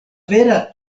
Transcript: vera